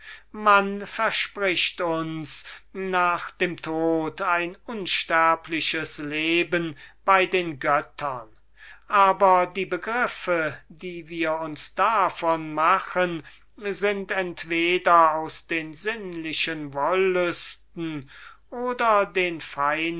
man verspricht uns nach dem tod ein unsterbliches leben bei den göttern aber die begriffe die wir uns davon machen sind entweder aus den sinnlichen wollüsten oder den